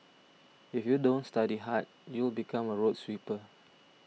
if you don't study hard you become a road sweeper